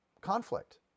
conflict